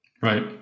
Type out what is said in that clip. right